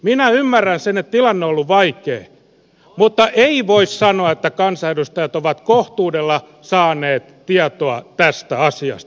minä ymmärrän sen että tilanne on ollut vaikea mutta ei voi sanoa että kansanedustajat ovat kohtuudella saaneet tietoa tästä asiasta